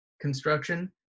construction